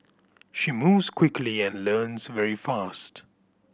she moves quickly and learns very fast